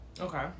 Okay